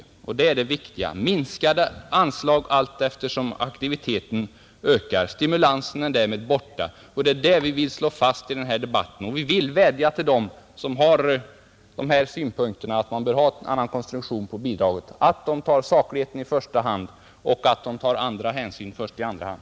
Det innebär minskade anslag allteftersom aktiviteten ökar och stimulansen är därmed borta. Det är detta vi vill slå fast i denna debatt, och vi vädjar därför till dem som anser att det bör vara en annan konstruktion på bidraget att de tar sakligheten i första hand och övriga hänsyn i andra hand vid voteringen om en stund.